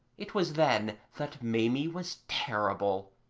it was then that maimie was terrible.